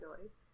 noise